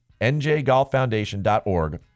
njgolffoundation.org